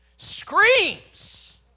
Screams